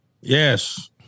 Yes